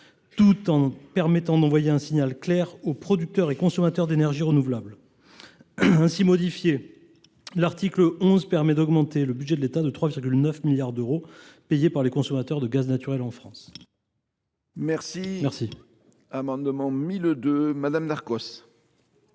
tout en permettant d’envoyer un signal clair aux producteurs et aux consommateurs d’énergies renouvelables. Ainsi modifié, l’article 11 permet d’augmenter le budget de l’État de 3,9 milliards d’euros, payés par les consommateurs de gaz naturel en France. Les deux amendements suivants